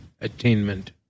attainment